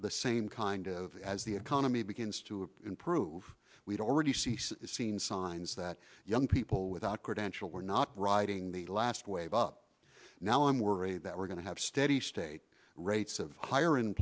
the same kind of as the economy begins to improve we'd already see some seen signs that young people without credentials were not riding the last wave up now i'm worried that we're going to have steady state rates of hi